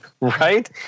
Right